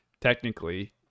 technically